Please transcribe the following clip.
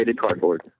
cardboard